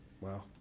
Wow